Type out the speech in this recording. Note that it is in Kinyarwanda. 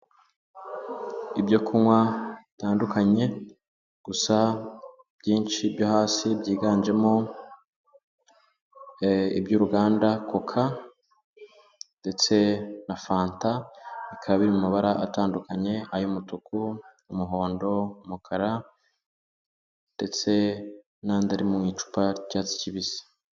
Ibyo kunywa bitandukanye gusa byinshi byo hasi byiganjemo iby'uruganda koka ndetse na fanta, bikaba biri mabara atandukanye ay'umutuku n'umuhondo, umukara ndetse n'andi ari mu icupa ry'icyatsi kibisi.